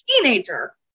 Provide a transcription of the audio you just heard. teenager